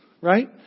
right